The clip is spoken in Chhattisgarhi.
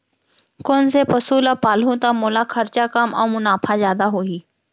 कोन से पसु ला पालहूँ त मोला खरचा कम अऊ मुनाफा जादा होही?